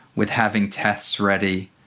with having tests ready,